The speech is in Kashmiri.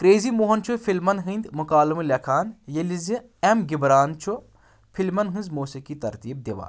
کریزی موہن چھُ فلمن ہٕنٛدۍ مكالمہٕ لیكھان ییٚلہِ زِ ایم گھِبران چھُ فلمن ہٕنٛز موسیقی ترتیب دِوان